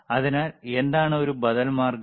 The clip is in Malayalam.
അതിനാൽ എന്താണ് ഒരു ബദൽ മാർഗം